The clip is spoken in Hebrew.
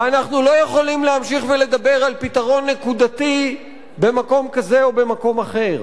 ואנחנו לא יכולים להמשיך לדבר על פתרון נקודתי במקום כזה או במקום אחר.